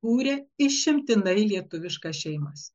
kūrė išimtinai lietuviškas šeimas